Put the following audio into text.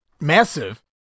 massive